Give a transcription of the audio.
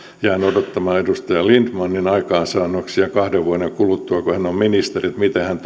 jään odottamaan edustaja lindtmanin aikaansaannoksia kahden vuoden kuluttua kun hän on ministeri että miten hän